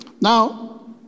now